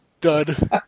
dud